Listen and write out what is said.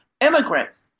immigrants